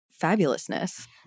fabulousness